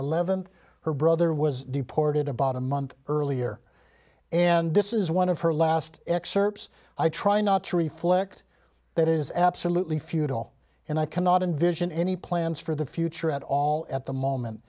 eleventh her brother was deported about a month earlier and this is one of her last excerpts i try not to reflect that it is absolutely futile and i cannot envision any plans for the future at all at the moment